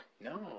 No